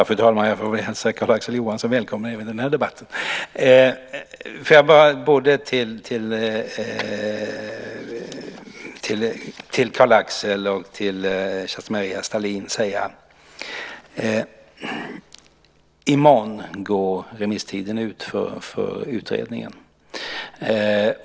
Fru talman! Jag vill till både Carl-Axel och Kerstin-Maria Stalin säga att i morgon går remisstiden ut för utredningen.